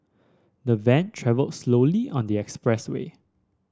the van travelled slowly on the expressway